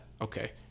Okay